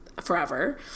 forever